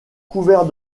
couverts